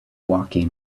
woking